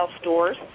stores